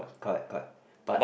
correct correct but